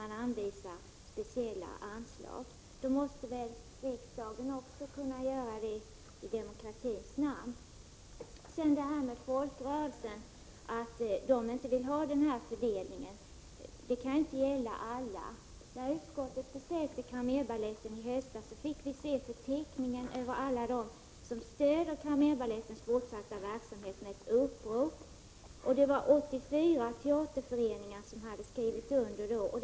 Här anvisar regeringen speciella anslag. Då måste väl riksdagen också kunna göra det i demokratins namn. Att folkrörelser inte vill ha den här fördelningen kan inte gälla alla. När utskottet besökte Cramérbaletten i höstas, fick vi se förteckningar över alla dem som stöder Cramérbalettens fortsatta verksamhet genom ett upprop. Det var 84 teaterföreningar som hade skrivit under.